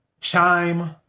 Chime